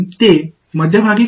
equilibrium வரை